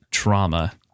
Trauma